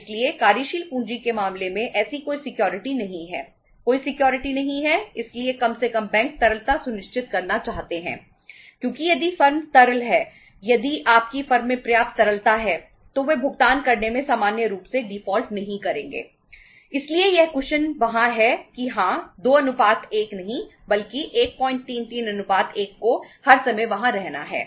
इसीलिए यह कुशन वहाँ है कि हाँ 2 1 नहीं बल्कि 133 1 को हर समय वहाँ रहना है